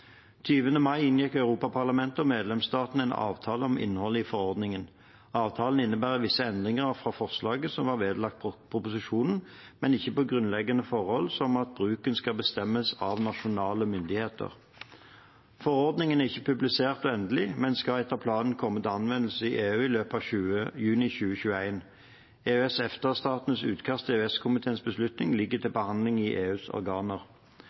mai inngikk Europaparlamentet og medlemsstatene en avtale om innholdet i forordningen. Avtalen innebærer visse endringer av forslaget som var vedlagt proposisjonen, men ikke av grunnleggende forhold, som at bruken skal bestemmes av nasjonale myndigheter. Forordningen er ikke publisert og endelig, men skal etter planen komme til anvendelse i EU i løpet av juni 2021. EØS-/EFTA-statenes utkast til EØS-komiteens beslutning ligger til behandling i EUs organer.